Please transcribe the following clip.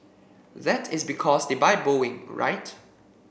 that is because they buy Boeing right